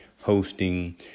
hosting